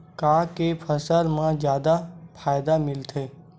का के फसल मा जादा फ़ायदा मिलथे?